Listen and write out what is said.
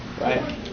right